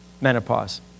menopause